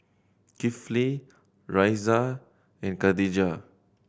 Kifli Raisya and Khatijah